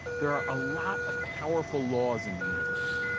there are a lot of powerful laws in the universe,